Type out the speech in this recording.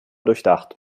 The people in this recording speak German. durchdacht